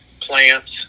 plants